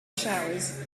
showers